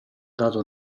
dato